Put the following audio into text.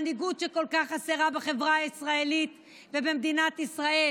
מנהיגות שכל כך חסרה בחברה הישראלית ובמדינת ישראל,